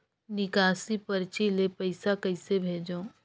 निकासी परची ले पईसा कइसे भेजों?